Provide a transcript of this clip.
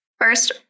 First